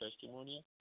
testimony